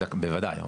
בוודאי.